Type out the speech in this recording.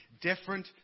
different